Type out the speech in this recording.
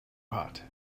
hot